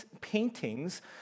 paintings